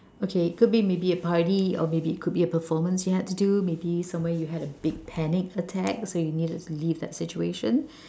okay could be maybe a party or maybe could be a performance you had to do maybe somewhere you had a big panic attack so you needed to leave that situation